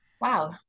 wow